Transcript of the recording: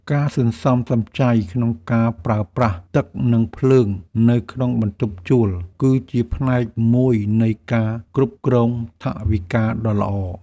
ការសន្សំសំចៃក្នុងការប្រើប្រាស់ទឹកនិងភ្លើងនៅក្នុងបន្ទប់ជួល ក៏ជាផ្នែកមួយនៃការគ្រប់គ្រងថវិកាដ៏ល្អ។